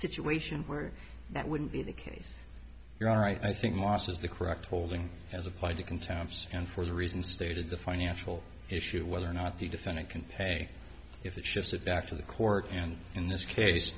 situation where that wouldn't be the case if you are right i think moss is the correct holding as applied to contempt and for the reason stated the financial issue of whether or not the defendant can pay if it shifted back to the court and in this case